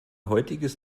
heutiges